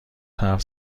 حرف